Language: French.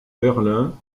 berlin